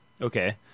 okay